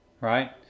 right